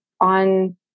on